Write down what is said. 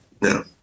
No